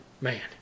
man